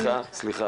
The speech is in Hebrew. בבקשה.